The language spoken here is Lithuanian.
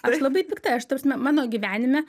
aš labai pikta aš ta prasme mano gyvenime